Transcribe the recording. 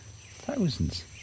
Thousands